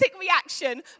reaction